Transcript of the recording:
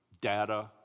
data